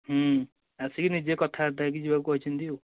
ଆସିକି ନିଜେ କଥା ବର୍ତ୍ତା ହୋଇକି ଯିବାକୁ କହିଛନ୍ତି ଆଉ